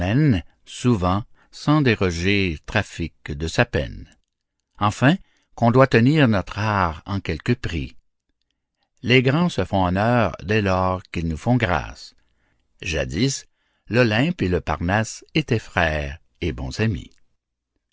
souvent sans déroger trafique de sa peine enfin qu'on doit tenir notre art en quelque prix les grands se font honneur dès lors qu'ils nous font grâce jadis l'olympe et le parnasse étaient frères et bons amis